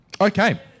Okay